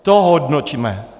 To hodnoťme.